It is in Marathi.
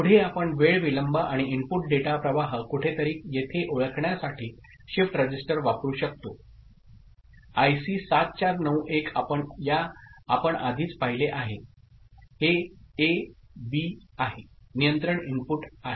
पुढे आपण वेळ विलंब आणि इनपुट डेटा प्रवाह कुठेतरी येथे ओळखण्यासाठी शिफ्ट रजिस्टर वापरू शकतो आयसी 7491 आपण आधीच पाहिले आहे हे ए बी आहे नियंत्रण इनपुट आहे